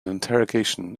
interrogation